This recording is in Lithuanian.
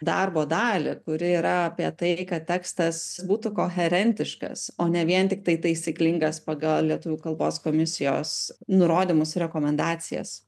darbo dalį kuri yra apie tai kad tekstas būtų koherentiškas o ne vien tiktai taisyklingas pagal lietuvių kalbos komisijos nurodymus rekomendacijas